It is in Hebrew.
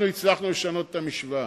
אנחנו הצלחנו לשנות את המשוואה.